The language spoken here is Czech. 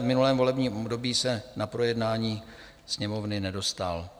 V minulém volebním období se na projednání Sněmovny nedostal.